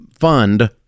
fund